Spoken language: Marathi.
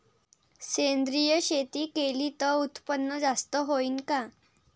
सेंद्रिय शेती केली त उत्पन्न जास्त होईन का?